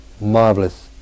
marvelous